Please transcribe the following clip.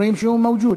אומרים שהוא מאוג'וד.